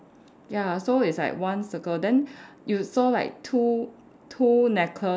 ya so it's like one circle then you saw like two two necklace